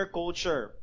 culture